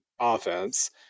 offense